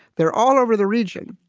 they're all over the region